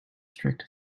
strict